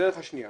הדרך השנייה